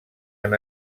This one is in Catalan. han